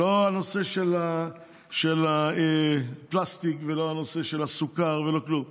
לא הנושא של הפלסטיק ולא הנושא של הסוכר ולא כלום.